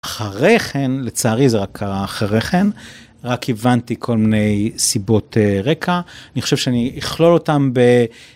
אחרי כן, לצערי זה רק קרה אחרי כן, רק הבנתי כל מיני סיבות רקע, אני חושב שאני אכלול אותם ב...